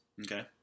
Okay